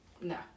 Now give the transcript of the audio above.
No